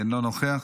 אינו נוכח,